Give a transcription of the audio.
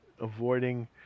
avoiding